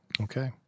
Okay